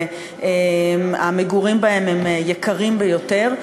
והמגורים בהם יקרים ביותר.